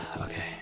Okay